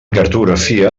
cartografia